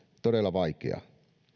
todella vaikeaa